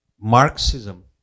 Marxism